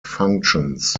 functions